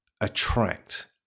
attract